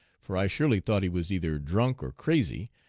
for i surely thought be was either drunk or crazy,